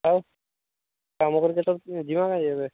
ଆଉ ଆମ ଘର୍ କୁ କେତେବେଳେ ଜିମ କାଜି ଏବେ